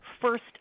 first